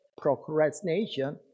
procrastination